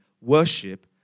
worship